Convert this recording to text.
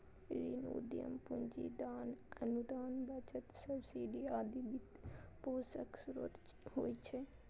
ऋण, उद्यम पूंजी, दान, अनुदान, बचत, सब्सिडी आदि वित्तपोषणक स्रोत होइ छै